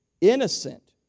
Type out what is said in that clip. innocent